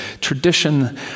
tradition